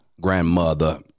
grandmother